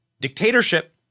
Dictatorship